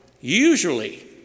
Usually